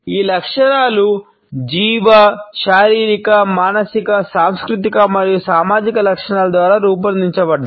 ఈ లక్షణాలు జీవ శారీరక మానసిక సాంస్కృతిక మరియు సామాజిక లక్షణాల ద్వారా రూపొందించబడ్డాయి